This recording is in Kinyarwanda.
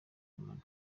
money